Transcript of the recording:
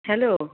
hello